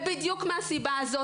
ובדיוק מהסיבה הזאת,